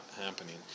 happening